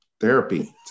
therapy